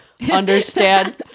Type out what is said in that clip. Understand